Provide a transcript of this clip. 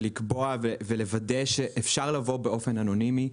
לקבוע ולוודא שאפשר להגיע באופן אנונימי.